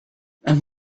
and